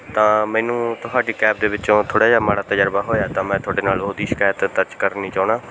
ਤਾਂ ਮੈਨੂੰ ਤੁਹਾਡੀ ਕੈਬ ਦੇ ਵਿੱਚੋਂ ਥੋੜ੍ਹਾ ਜਿਹਾ ਮਾੜਾ ਤਜਰਬਾ ਹੋਇਆ ਤਾਂ ਮੈਂ ਤੁਹਾਡੇ ਨਾਲ ਉਹਦੀ ਸ਼ਿਕਾਇਤ ਦਰਜ ਕਰਨੀ ਚਾਹੁੰਦਾ